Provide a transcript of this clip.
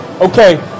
okay